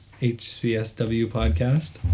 hcswpodcast